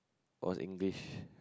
was English